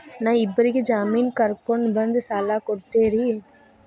ನಾ ಇಬ್ಬರಿಗೆ ಜಾಮಿನ್ ಕರ್ಕೊಂಡ್ ಬಂದ್ರ ಸಾಲ ಕೊಡ್ತೇರಿ?